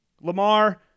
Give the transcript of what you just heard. Lamar